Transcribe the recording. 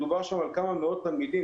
מדובר שם על כמה מאות תלמידים.